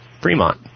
Fremont